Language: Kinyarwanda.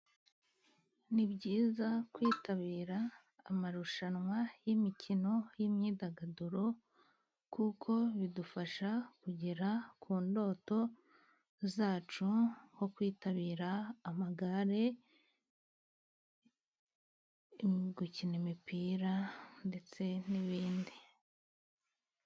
Ni byiza kwitabira amarushanwa y'imikino y'imyidagaduro kuko bidufasha kugera ku ndoto zacu nko kwitabira amagare gukina imipira ndetse n'ibindi.